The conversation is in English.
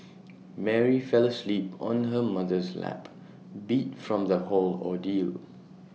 Mary fell asleep on her mother's lap beat from the whole ordeal